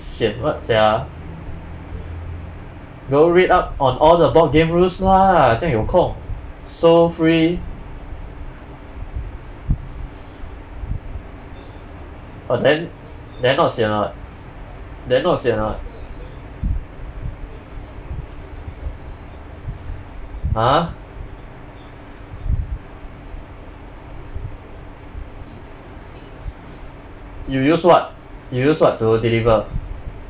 sian what sia go read up on all the board game rules lah 这样有空 so free ah then then not sian [what] then not sian [what] !huh! you use what you use what to deliver